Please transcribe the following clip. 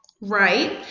right